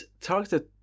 targeted